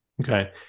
Okay